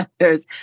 others